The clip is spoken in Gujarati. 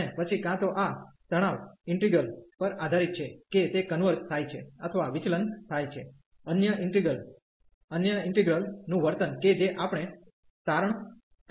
અને પછી કાં તો આ તણાવ ઈન્ટિગ્રલ પર આધારીત છે કે તે કન્વર્ઝ થાય છે અથવા વિચલન થાય છે અન્ય ઈન્ટિગ્રલ અન્ય ઈન્ટિગ્રલ નું વર્તન કે જે આપણે તારણ કરી શકીએ છીએ